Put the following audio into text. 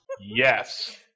Yes